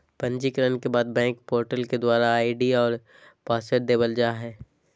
पंजीकरण के बाद बैंक पोर्टल के द्वारा आई.डी और पासवर्ड देवल जा हय